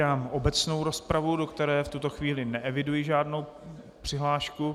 Otevírám obecnou rozpravu, do které v tuto chvíli neeviduji žádnou přihlášku...